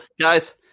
guys